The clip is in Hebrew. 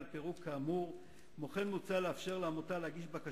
המחויבות שקיבל על עצמו התאגיד המתמזג לעניין